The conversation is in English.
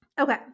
okay